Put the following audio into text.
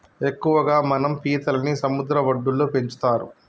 ఎక్కువగా మనం పీతలని సముద్ర వడ్డులో పెంచుతరు